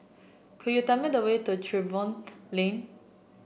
could you tell me the way to Tiverton Lane